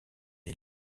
est